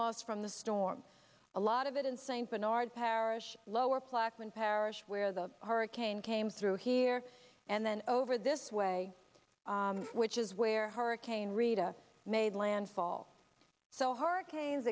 loss from the storm a lot of it in st bernard parish lower plaquemines parish where the hurricane came through here and then over this way which is where hurricane rita made landfall so hurricanes